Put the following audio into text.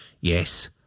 yes